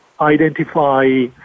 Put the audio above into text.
identify